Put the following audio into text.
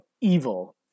evil